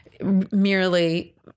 Merely